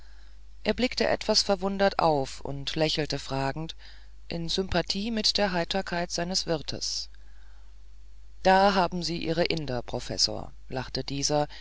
er blickte etwas verwundert auf und lächelte fragend in sympathie mit der heiterkeit seines wirtes da haben sie ihre inder professor lachte dieser